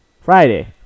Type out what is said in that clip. Friday